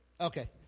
Okay